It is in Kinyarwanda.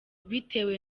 bitewe